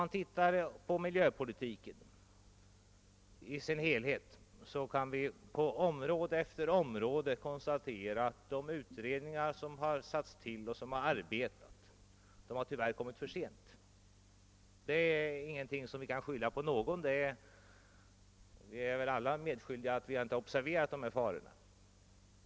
Men om vi ser på miljöpolitiken i dess helhet kan vi på område efter område konstatera att de utredningar som genomförts tyvärr har kommit för sent. Detta är ingenting som vi kan skylla på någon särskild — vi är väl alla medskyldiga genom att vi inte observerat farorna.